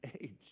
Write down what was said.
age